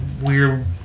weird